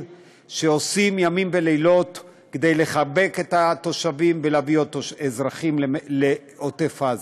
שעושים ימים ולילות כדי לחבק את התושבים ולהביא עוד אזרחים לעוטף עזה.